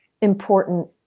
important